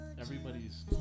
Everybody's